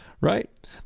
right